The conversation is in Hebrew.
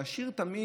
נשאיר תמיד,